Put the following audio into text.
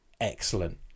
excellent